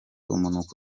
umunuko